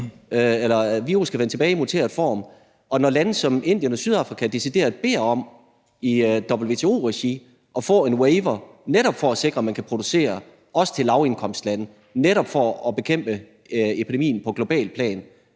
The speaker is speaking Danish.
at virus kan vende tilbage i muteret form. Og når lande som Indien og Sydafrika decideret beder om i WTO-regi at få en waiver for at sikre, at man kan producere også til lavindkomstlande, netop for at bekæmpe epidemien på globalt plan,